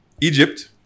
egypt